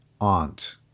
aunt